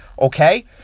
Okay